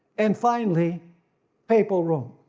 and finally papal rome.